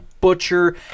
butcher